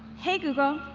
hey, google,